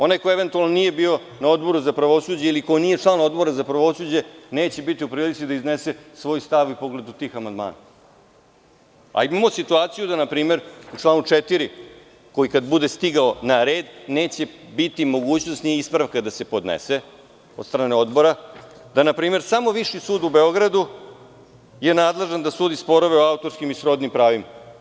Onaj ko eventualno nije bio na Odboru za pravosuđe ili ko nije član Odbora za pravosuđe neće biti u prilici da iznese svoj stav u pogledu tih amandmana, a imamo situaciju da npr. u članu 4. koji kada bude stigao na red neće biti mogućnosti ni ispravka da se podnese od strane odbora, da samo Viši sud u Beogradu je nadležan da sudi sporove o autorskim i srodnim pravima.